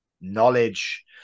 knowledge